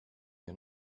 you